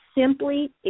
simply